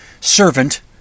servant